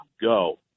go